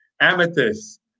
Amethyst